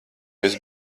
bez